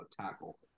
tackle